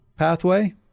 Pathway